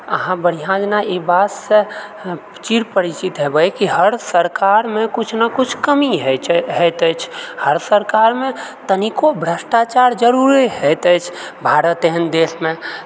अहाँ बढ़िआँ जेना ई बातसँ चिरपरिचित हेबै कि हर सरकारमे किछु ने किछु कमी होयत छै होयत अछि हर सरकारमे तनिको भ्रष्टाचार जरुरे होयत अछि भारत एहन देशमे